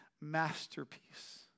masterpiece